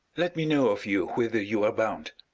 let me know of you whither you are bound.